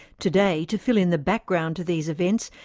today, to fill in the background to these events,